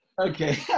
Okay